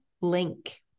link